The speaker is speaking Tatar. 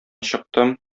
чыктым